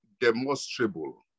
demonstrable